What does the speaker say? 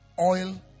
oil